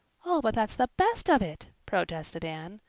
oh, but that's the best of it, protested anne.